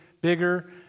bigger